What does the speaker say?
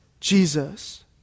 Jesus